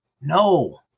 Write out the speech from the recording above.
no